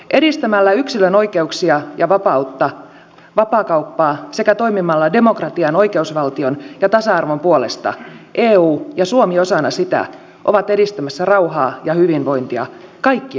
edistämällä yksilön oikeuksia ja vapautta ja vapaakauppaa sekä toimimalla demokratian oikeusvaltion ja tasa arvon puolesta eu ja suomi osana sitä ovat edistämässä rauhaa ja hyvinvointia kaikkialla maailmassa